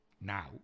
now